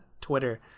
Twitter